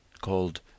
called